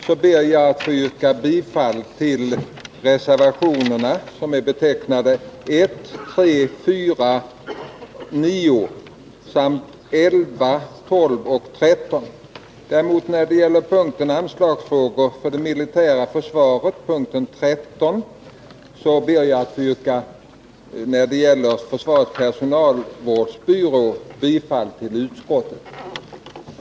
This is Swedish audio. Fru talman! Med hänvisning till den debatt som förekom i kammaren den 7 maj ber jag att få yrka bifall till reservationerna 1, 3, 4 och 9 samt 11, 12 och 13 I fråga om punkt 13 Anslagsfrågor för det militära försvaret ber jag däremot att beträffande försvarets personalvårdsnämnd få yrka bifall till utskottets hemställan.